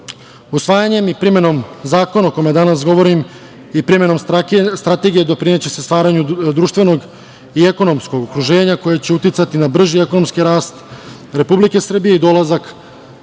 svojine. Usvajanjem i primenom zakona o kome danas govorim i primenom Strategije doprineće se stvaranju društvenog i ekonomskog okruženja koje će uticati na brži ekonomski rast Republike Srbije i dolazak